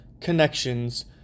connections